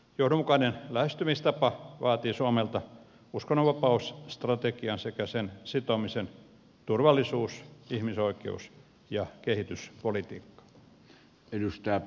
johdonmukainen lähestymistapa vaatii suomelta uskonnonvapausstrategian sekä sen sitomisen turvallisuus ihmisoi keus ja kehityspolitiikkaan